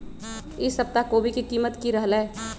ई सप्ताह कोवी के कीमत की रहलै?